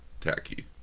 tacky